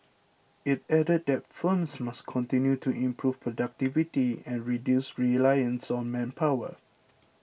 it added that firms must continue to improve productivity and reduce reliance on manpower